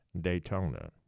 Daytona